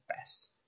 best